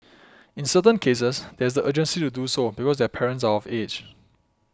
in certain cases there is the urgency to do so because their parents are of age